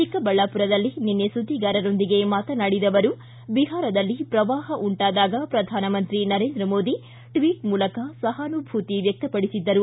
ಚಿಕ್ಕಬಳ್ಳಾಪುರದಲ್ಲಿ ನಿನ್ನೆ ಸುದ್ದಿಗಾರರೊಂದಿಗೆ ಮಾತನಾಡಿದ ಅವರು ಬಿಹಾರದಲ್ಲಿ ಪ್ರವಾಪ ಉಂಟಾದಾಗ ಪ್ರಧಾನಮಂತ್ರಿ ನರೇಂದ್ರ ಮೋದಿ ಟ್ಟಟ್ ಮೂಲಕ ಸಹಾನೂಭೂತಿ ವ್ಯಕ್ತಪಡಿಸಿದ್ದರು